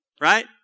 Right